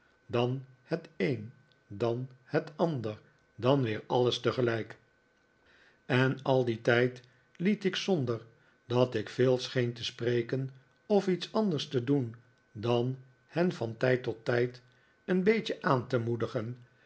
dan het een dan het ander dan weer alles tegelijkj en al dien tijd liet ik zonder dat ik veel scheen te spreken of iets anders te doen dan hen van tijd tot tijd een beetje aan te moedigen